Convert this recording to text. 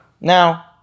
Now